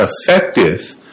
effective